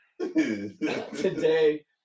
today